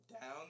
down